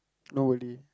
nobody